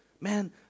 Man